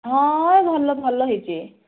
ହଁ ଭଲ ଭଲ ହେଇଛି